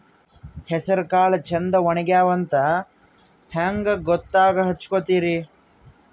ಹೆಸರಕಾಳು ಛಂದ ಒಣಗ್ಯಾವಂತ ಹಂಗ ಗೂತ್ತ ಹಚಗೊತಿರಿ?